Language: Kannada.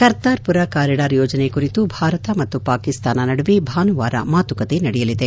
ಕರ್ತಾರ್ಮರ ಕಾರಿಡಾರ್ ಯೋಜನೆ ಕುರಿತು ಭಾರತ ಮತ್ತು ಪಾಕಿಸ್ತಾನ ನಡುವೆ ಭಾನುವಾರ ಮಾತುಕತೆ ನಡೆಯಲಿದೆ